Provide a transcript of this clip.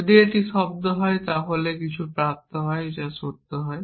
যদি এটি শব্দ হয় তাহলে যা কিছু প্রাপ্ত হয় তা সত্য হয়